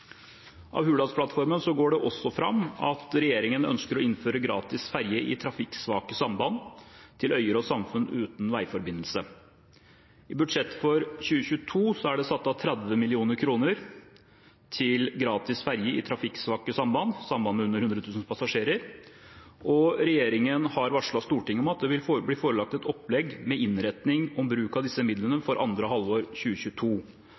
går det også fram at regjeringen ønsker å innføre gratis ferge i trafikksvake samband til øyer og samfunn uten veiforbindelse. I budsjettet for 2022 er det satt av 30 mill. kr til gratis ferge i trafikksvake samband, samband med under 100 000 passasjerer, og regjeringen har varslet Stortinget om at det vil bli forelagt et opplegg med innretning om bruk av disse midlene for andre halvår 2022.